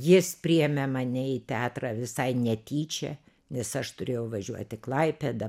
jis priėmė mane į teatrą visai netyčia nes aš turėjau važiuot į klaipėdą